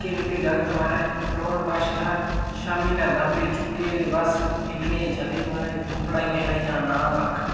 निक्के निक्के जागत महाराज ग्रांउड कश थाहर शामीं'ले धाबे चुक्के दे बस खेढने गी चले दे महाराज पढ़ाइयां शढांइया दा नांऽ कक्ख नेईं